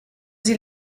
sie